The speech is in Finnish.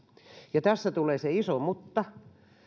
tässä tulee se iso mutta